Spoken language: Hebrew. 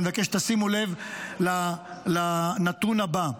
ואני מבקש שתשימו לב לנתון הבא: